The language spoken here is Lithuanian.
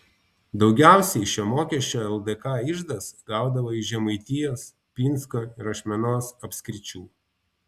daugiausiai šio mokesčio ldk iždas gaudavo iš žemaitijos pinsko ir ašmenos apskričių